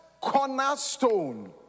cornerstone